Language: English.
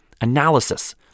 analysis